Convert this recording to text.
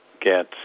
get